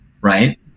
right